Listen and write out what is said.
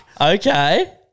Okay